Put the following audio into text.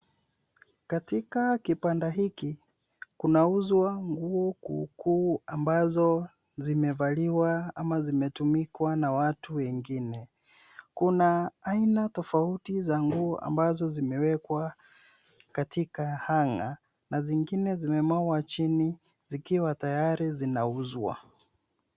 Katika kibanda hiki kuauzwa nguo kuukuu ambazo zimevaliwa ama zimetumiwa na watu wengine kuna aina tofauti za nguo ambazo zimewekwa katika hang'a zingine zimemwagwa chini zikiwa tayari zinauzwa.